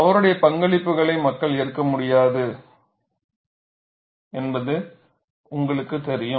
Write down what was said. அவருடைய பங்களிப்புகளை மக்கள் ஏற்க முடியாது என்பது உங்களுக்குத் தெரியும்